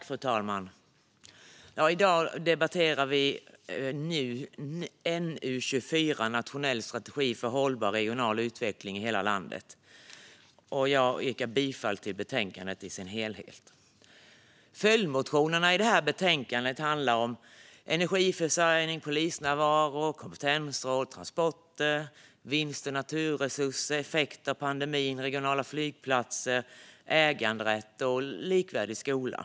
Fru talman! Nu debatterar vi NU24 om en nationell strategi för hållbar regional utveckling i hela landet. Jag yrkar bifall till utskottets förslag i betänkandet. De följdmotioner som behandlas i betänkandet handlar om energiförsörjning, polisnärvaro, kompetensråd, transporter, vinster från naturresurser, effekter av pandemin, regionala flygplatser, äganderätt och likvärdig skola.